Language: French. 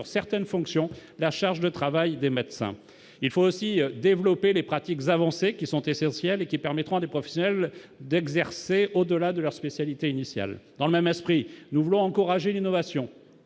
sur certaines fonctions, la charge de travail des médecins, il faut aussi développer les pratiques avancées qui sont essentiels et qui permettront à des professionnels d'exercer au-delà de leur spécialité initiale dans le même esprit, nous voulons encourager l'innovation